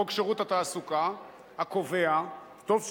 חוק שירות התעסוקה, הקובע, וטוב שקובע,